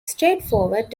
straightforward